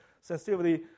sensitivity